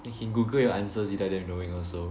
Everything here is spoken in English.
you can Google your answers without them knowing also